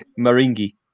Maringi